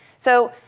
so